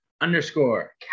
Underscore